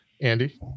Andy